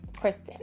Kristen